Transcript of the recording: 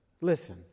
Listen